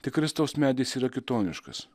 tik kristaus medis yra kitoniškas